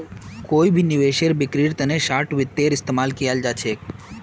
कोई भी निवेशेर बिक्रीर तना शार्ट वित्तेर इस्तेमाल कियाल जा छेक